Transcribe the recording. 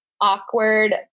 awkward